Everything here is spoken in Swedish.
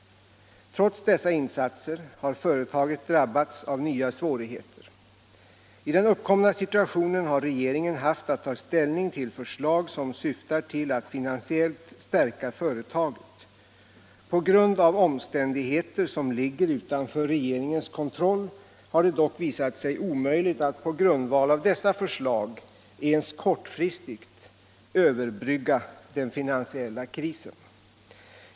Trots dessa insatser har företaget drabbats av nya svårigheter. I den uppkomna situationen har regeringen haft att ta ställning till förslag, som syftar till att finansiellt stärka företaget. På grund av omständigheter som ligger utanför regeringens kontroll har det visat sig omöjligt att på grundval av dessa förslag ens kortfristigt överbrygga den finansietla krisen.